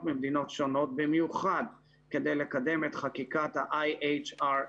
ממדינות שונות במיוחד כדי לקדם את חקיקת ה-IHRA,